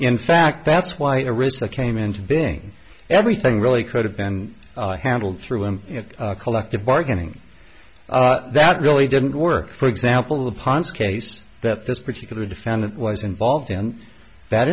in fact that's why risk that came into being everything really could have been handled through him collective bargaining that really didn't work for example the ponce case that this particular defendant was involved in that